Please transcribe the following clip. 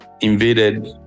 invaded